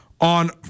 on